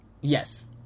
Yes